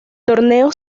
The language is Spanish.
torneo